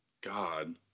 God